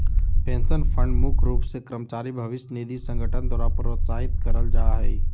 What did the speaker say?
pension fund मुख्य रूप से कर्मचारी भविष्य निधि संगठन द्वारा प्रोत्साहित करल जा हय